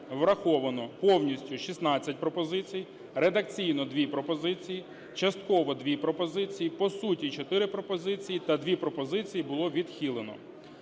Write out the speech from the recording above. враховано повністю 16 пропозицій, редакційно – 2 пропозиції, частково – 2 пропозиції, по суті – 4 пропозиції та 2 пропозиції було відхилено.